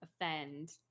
offend